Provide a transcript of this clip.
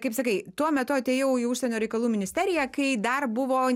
kaip sakai tuo metu atėjau į užsienio reikalų ministeriją kai dar buvo